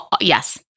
Yes